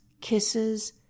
kisses